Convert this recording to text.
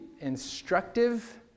instructive